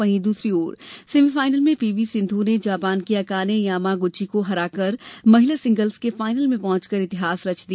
वहीं दूसरी ओर सेमीफाइनल में पी वी सिंधू ने जापान की अकाने यामागूची को हराकर महिला सिंगल्सस के फाइनल में पहुंचकर इतिहास रच दिया